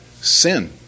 sin